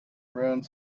ruins